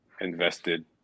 invested